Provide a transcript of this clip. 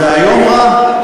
זה היום רע?